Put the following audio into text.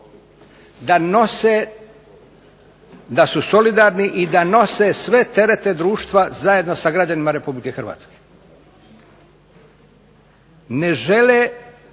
dio, da su solidarni i da nose sve terete društva zajedno sa građanima Republike Hrvatske. Ne žele,